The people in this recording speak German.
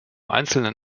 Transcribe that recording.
einzelnen